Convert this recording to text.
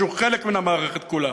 שהוא חלק מהמערכת כולה,